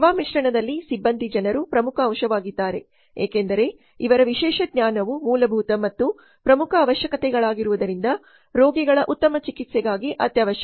ಸೇವಾ ಮಿಶ್ರಣದಲ್ಲಿಸಿಬ್ಬಂದಿ ಜನರು ಪ್ರಮುಖ ಅಂಶವಾಗಿದ್ದಾರೆ ಏಕೆಂದರೆ ಇವರ ವಿಶೇಷ ಜ್ಞಾನವು ಮೂಲಭೂತ ಮತ್ತು ಪ್ರಮುಖ ಅವಶ್ಯಕತೆಗಳಾಗಿರುವುದರಿಂದ ರೋಗಿಗಳ ಉತ್ತಮ ಚಿಕಿತ್ಸೆಗಾಗಿ ಅತ್ಯವಶ್ಯಕ